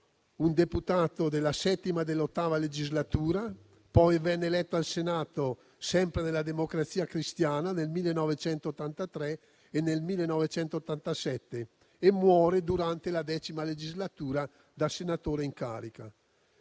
un deputato della VII e della VIII legislatura, poi venne eletto al Senato, sempre nella Democrazia Cristiana, nel 1983 e nel 1987; morì durante la X legislatura da senatore in carica.